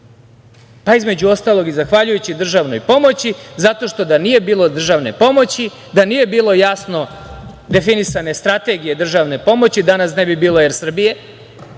pomoći. Između ostalog zahvaljujući državnoj pomoći zato što da nije bilo državne pomoći, da nije bilo jasno definisane strategije državne pomoći dana ne bi bilo „Er Srbije“,